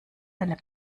eine